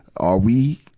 are we?